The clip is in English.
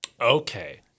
Okay